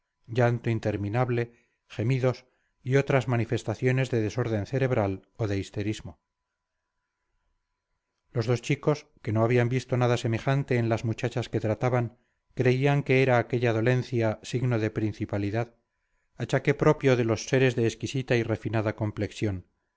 llanto interminable gemidos y otras manifestaciones de desorden cerebral o de histerismo los dos chicos que no habían visto nada semejante en las muchachas que trataban creían que era aquella dolencia signo de principalidad achaque propio de los seres de exquisita y refinada complexión